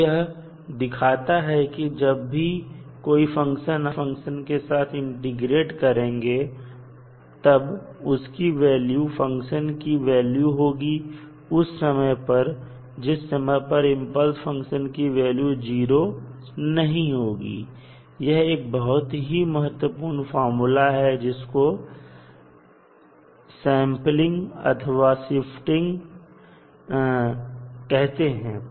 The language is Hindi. तो यह दिखाता है कि जब भी कोई फंक्शन आप इंपल्स फंक्शन के साथ इंटीग्रेट करेंगे तब उसकी वैल्यू फंक्शन की वैल्यू होगी उस समय पर जिस समय पर इंपल्स फंक्शन की वैल्यू 0 नहीं होगी और यह एक बहुत ही महत्वपूर्ण फार्मूला है जिसको सैंपली अथवा शिफ्टिंग कहते हैं